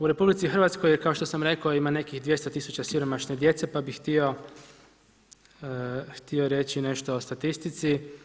U RH je, kao što sam rekao, ima nekih 200 tisuća siromašne djece pa bih htio reći nešto o statistici.